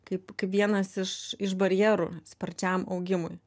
kaip kaip vienas iš iš barjerų sparčiam augimui